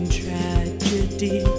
tragedy